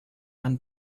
and